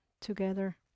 together